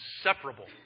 inseparable